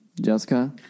Jessica